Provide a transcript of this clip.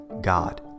God